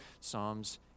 Psalms